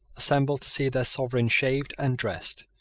assembled to see their sovereign shaved and dressed.